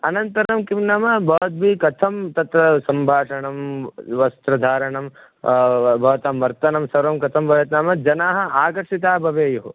अनन्तरं किं नाम भवद्भिः कथं तत्र सम्भाषणं वस्त्रधारणं भवतां वर्तनं सर्वं कथं भवेत् नाम जनाः आकर्षिताः भवेयुः